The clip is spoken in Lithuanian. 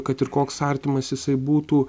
kad ir koks artimas jisai būtų